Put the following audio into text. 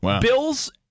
Bills